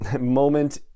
moment